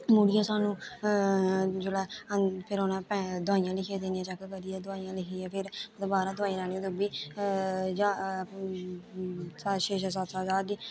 मुड़ियै सानूं जेल्लै फिर उ'नें सानूं दोआइयां लिखियै देनियां चेक करियै दोआइयां लिखियै फिर दोबारा दोआई लैनी ओह् बी ज्हार पंज छे छे सत्त सत्त ज्हार दी दोआई